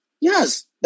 yes